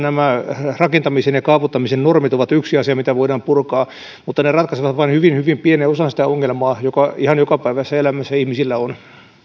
nämä rakentamisen ja kaavoittamisen normit ovat yksi asia mitä voidaan purkaa mutta ne ratkaisevat vain hyvin hyvin pienen osan sitä ongelmaa joka ihan jokapäiväisessä elämässä ihmisillä on